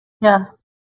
yes